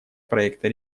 проекта